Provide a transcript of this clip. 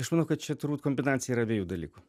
aš manau kad čia turbūt kombinacija yra abiejų dalykų